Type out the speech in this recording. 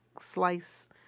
slice